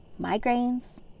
migraines